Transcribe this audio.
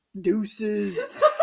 Deuces